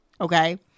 Okay